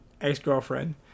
ex-girlfriend